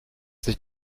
sich